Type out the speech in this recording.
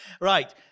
Right